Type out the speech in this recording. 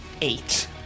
Eight